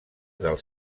del